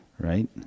right